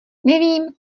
nevím